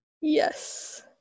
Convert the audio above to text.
Yes